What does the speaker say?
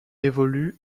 évolue